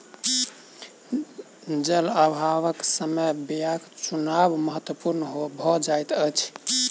जल अभावक समय बीयाक चुनाव महत्पूर्ण भ जाइत अछि